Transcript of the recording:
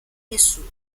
nessuno